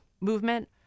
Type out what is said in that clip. movement